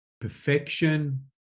perfection